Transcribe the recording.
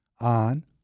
on